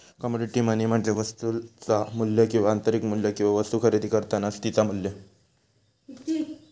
commodity money म्हणजे वस्तुचा मू्ल्य किंवा आंतरिक मू्ल्य किंवा वस्तु खरेदी करतानाचा तिचा मू्ल्य